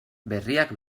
berriak